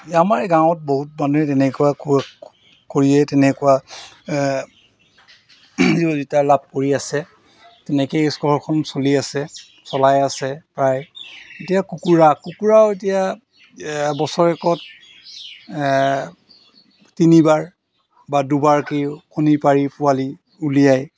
আমাৰ এই গাঁৱত বহুত মানুহে তেনেকুৱা কৰিয়েই তেনেকুৱা দুই এটা লাভ কৰি আছে তেনেকৈয়ে ঘৰখন চলি আছে চলাই আছে প্ৰায় এতিয়া কুকুৰা কুকুৰাও এতিয়া বছৰেকত তিনিবাৰ বা দুবাৰকৈও কণী পাৰি পোৱালি উলিয়ায়